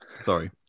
Sorry